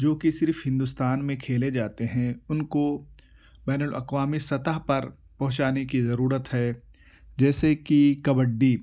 جو کہ صرف ہندوستان میں کھیلے جاتے ہیں ان کو بین الاقوامی سطح پر پہنچانے کی ضرورت ہے جیسے کہ کبڈّی